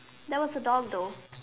there was a dog though